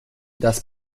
das